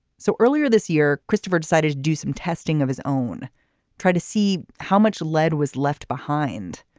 so earlier this year christopher decided to do some testing of his own try to see how much lead was left behind.